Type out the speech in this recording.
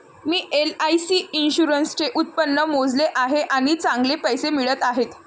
मी LIC इन्शुरन्सचे उत्पन्न मोजले आहे आणि चांगले पैसे मिळत आहेत